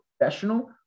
professional